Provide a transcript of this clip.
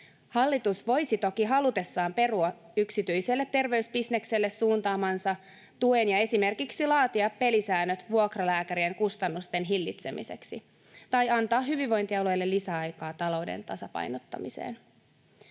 Hallitus voisi toki halutessaan perua yksityiselle terveysbisnekselle suuntaamansa tuen ja esimerkiksi laatia pelisäännöt vuokralääkärien kustannusten hillitsemiseksi tai antaa hyvinvointialueille lisäaikaa talouden tasapainottamiseen.